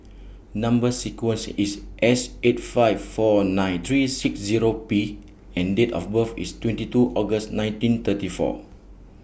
Number sequence IS S eight five four nine three six Zero P and Date of birth IS twenty two August nineteen thirty four